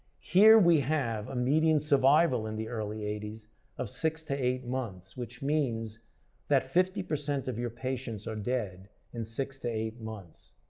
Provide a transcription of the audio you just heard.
here we have a median survival in the early eighty s of six to eight months which means that fifty percent of your patients are dead in six to eight months.